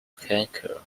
cancer